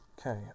Okay